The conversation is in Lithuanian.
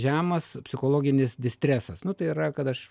žemas psichologinis distresas nu tai yra kad aš